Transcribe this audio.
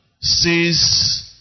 says